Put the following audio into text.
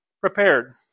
prepared